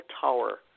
tower